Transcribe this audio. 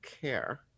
care